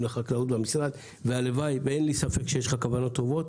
לחקלאות במשרד ואין לי ספק שיש לשר כוונות טובות.